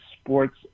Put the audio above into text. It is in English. sports